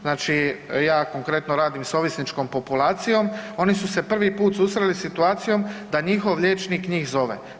Znači ja konkretno radim s ovisničkom populacijom, oni su se prvi put susreli sa situacijom da njihov liječnik njih zove.